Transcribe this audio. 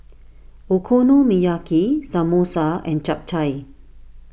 Okonomiyaki Samosa and Japchae